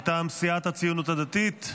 מטעם סיעת הציונות הדתית,